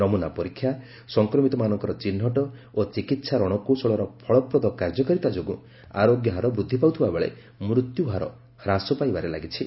ନମୁନା ପରୀକ୍ଷା ସଂକ୍ରମିତମାନଙ୍କର ଚିହ୍ନଟ ଓ ଚିକିତ୍ସା ରଣକୌଶଳର ଫଳପ୍ରଦ କାର୍ଯ୍ୟକାରୀତା ଯୋଗୁଁ ଆରୋଗ୍ୟ ହାର ବୃଦ୍ଧି ପାଉଥିବା ବେଳେ ମୃତ୍ୟୁହାର ହ୍ରାସ ପାଇବାରେ ଲାଗିଛି